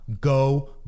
Go